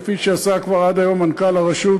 כפי שעשה כבר עד היום מנכ"ל הרשות